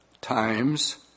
times